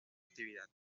actividad